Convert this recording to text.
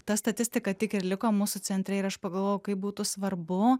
ta statistika tik ir liko mūsų centre ir aš pagalvojau kaip būtų svarbu